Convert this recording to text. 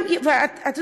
ואתה